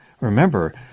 Remember